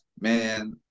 man